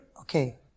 okay